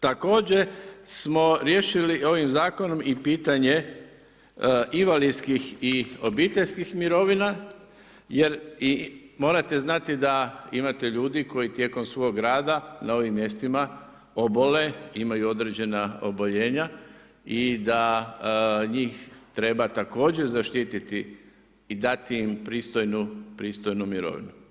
Također smo riješili ovim Zakonom i pitanje invalidskih i obiteljskih mirovina jer morate znati da imate ljudi koji tijekom svoga rada na ovim mjestima obole, imaju određena oboljenja i da njih treba također zaštiti i dati im pristojnu mirovinu.